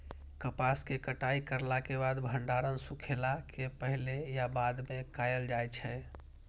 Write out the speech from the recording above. कपास के कटाई करला के बाद भंडारण सुखेला के पहले या बाद में कायल जाय छै?